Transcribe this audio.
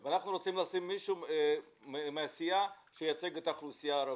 אנחנו רוצים למנות מישהו מהסיעה שייצג את האוכלוסייה הערבית.